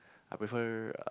I prefer